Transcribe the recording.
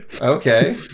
Okay